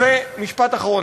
משפט אחרון.